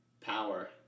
power